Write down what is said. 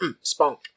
spunk